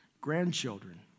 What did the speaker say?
Grandchildren